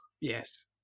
Yes